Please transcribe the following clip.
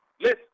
Listen